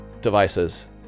devices